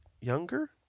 Younger